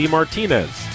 Martinez